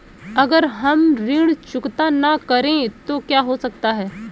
अगर हम ऋण चुकता न करें तो क्या हो सकता है?